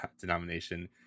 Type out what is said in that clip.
denomination